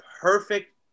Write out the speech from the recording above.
perfect